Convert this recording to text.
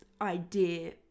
idea